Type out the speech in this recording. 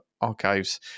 archives